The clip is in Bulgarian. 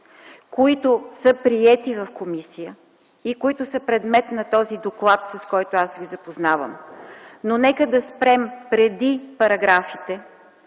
които са приети в комисията и които са предмет на този доклад, с който аз Ви запознавам. Но нека да спрем преди параграфите,